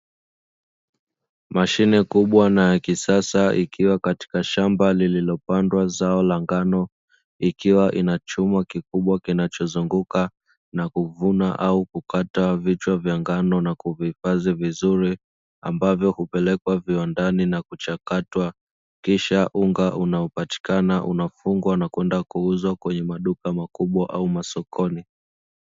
Mashine kubwa na ya kisasa ikiwa katika shamba lililopandwa zao la ngano ikiwa ina chuma kikubwa, kinachozunguka na kuvuna au kukata vichwa vya ngano na kuvihifadhi vizuri, ambavyo hupelekwa viwandani na kuchakatwa kisha unga unaopatikana unafungwa ili kwenda kuuzwa kwenye maduka au masokoni.